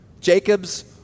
Jacob's